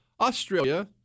Australia